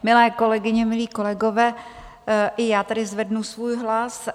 Milé kolegyně, milí kolegové, i já tady zvednu svůj hlas.